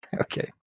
Okay